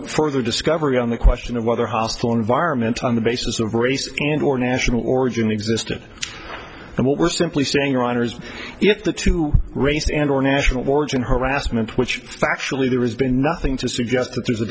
for the discovery on the question of whether hostile environment on the basis of race and or national origin existed and what we're simply saying or honors if the two race and or national origin harassment which actually there has been nothing to suggest that there's a